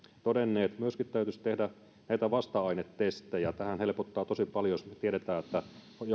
todenneet myöskin täytyisi tehdä näitä vasta ainetestejä tämähän helpottaa tosi paljon jos me tiedämme että